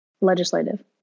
legislative